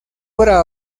obra